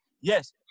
Yes